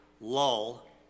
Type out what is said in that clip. lull